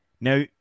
Now